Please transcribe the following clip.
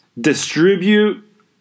distribute